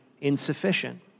insufficient